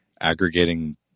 aggregating